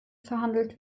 verhandelt